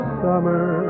summer